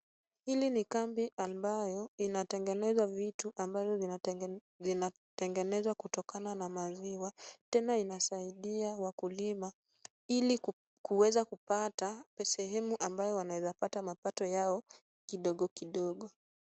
Hili ni Kambi ambayo inatengeneza vitu ambavyo vinatengenezwa kutokana na maziwa, tena inasaidia wakulima ili kuweza kupata sehemu ambayo wanaweza kupata mapato yao kidogo kidogo.